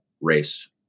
race